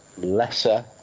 Lesser